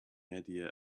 idea